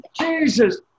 Jesus